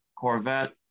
Corvette